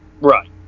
right